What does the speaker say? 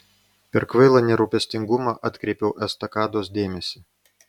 per kvailą nerūpestingumą atkreipiau estakados dėmesį